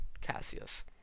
Cassius